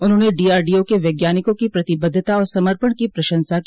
उन्होंने डीआरडीओं के वैज्ञानिकों की प्रतिबद्धता और समर्पण की प्रशंसा की